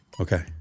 Okay